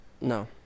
No